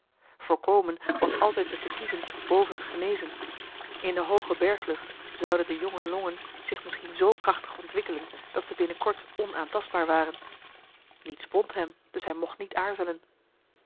voorkomen was altijd te verkiezen boven genezen in de hooge berglucht zouden de jonge longen zich misschien zoo krachtig ontwikkelen dat ze binnen kort onaantastbaar waren niets bond hem dus mocht hij niet aarzelen